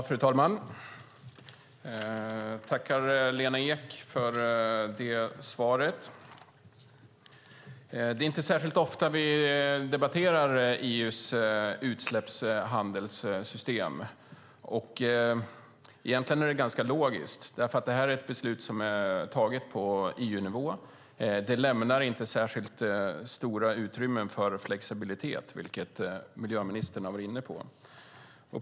Fru talman! Jag tackar Lena Ek för svaret. Det är inte särskilt ofta vi debatterar EU:s utsläppshandelssystem. Det är egentligen ganska logiskt eftersom detta är ett beslut som är fattat på EU-nivå. Det lämnar inte särskilt stora utrymmen för flexibilitet, vilket miljöministern var inne på.